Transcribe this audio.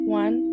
one